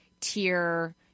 tier